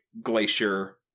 Glacier